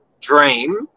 dream